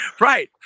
Right